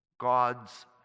God's